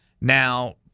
Now